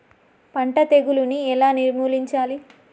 పంట తెగులుని ఎలా నిర్మూలించాలి?